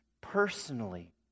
personally